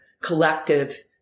collective